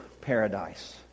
paradise